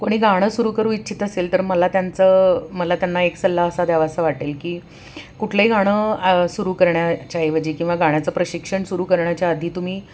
कोणी गाणं सुरू करू इच्छित असेल तर मला त्यांचं मला त्यांना एक सल्ला असा द्यावासा वाटेल की कुठलंही गाणं सुरू करण्याच्या ऐवजी किंवा गाण्याचं प्रशिक्षण सुरू करण्याच्या आधी तुम्ही